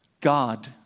God